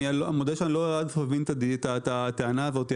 אני מודה שאני לא מבין את הטענה הזאת.